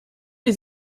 les